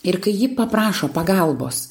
ir kai ji paprašo pagalbos